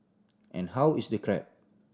and how is the crab